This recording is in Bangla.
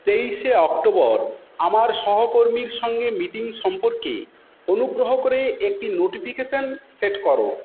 তেইশে অক্টোবর আমার সহকর্মীর সঙ্গে মিটিং সম্পর্কে অনুগ্রহ করে একটি নোটিফিকেশন সেট করো